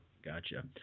Gotcha